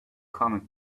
cosmic